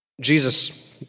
Jesus